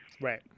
Right